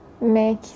make